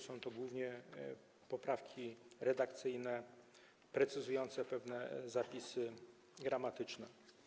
Są to głównie poprawki redakcyjne, precyzujące pewne zapisy gramatyczne.